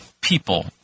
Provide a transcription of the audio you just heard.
people